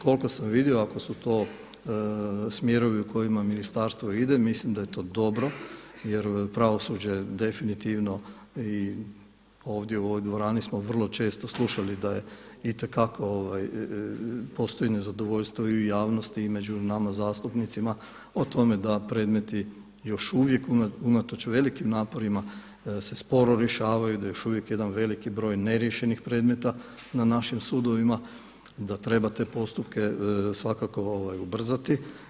Koliko sam vidio ako su to smjerovi u kojima ministarstvo ide mislim da je to dobro jer pravosuđe definitivno i ovdje u ovoj dvorani smo vrlo često slušali da je itekako, postoji nezadovoljstvo i u javnosti i među nama zastupnicima o tome da predmeti još uvijek unatoč velikim naporima se sporo rješavaju, da je još uvijek jedan veliki broj neriješenih predmeta na našim sudovima, da treba te postupke svakako ubrzati.